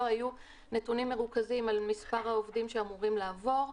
נתונים מרוכזים על מספר העובדים שאמורים לעבור.